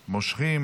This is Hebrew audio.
מושכים.